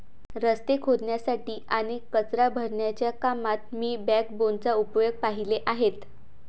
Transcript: रस्ते खोदण्यासाठी आणि कचरा भरण्याच्या कामात मी बॅकबोनचा उपयोग पाहिले आहेत